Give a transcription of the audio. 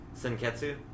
Senketsu